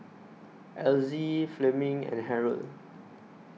Elzie Fleming and Harold